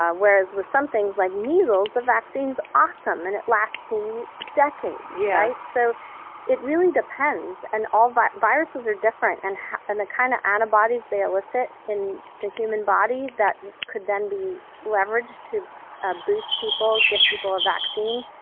um whereas with some things like measles, the vaccine's awesome and it lasts decades. yeah so it really depends. and all ah viruses are different and and the kind of antibodies they elicit in the human body that could then be leveraged to ah boost people, give people a vaccine,